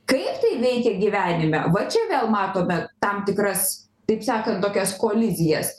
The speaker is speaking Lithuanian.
kaip tai veikia gyvenime va čia vėl matome tam tikras taip sakant tokias kolizijas